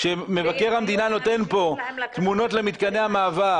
כשמבקר המדינה נותן פה תמונות של מתקני המעבר,